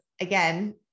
again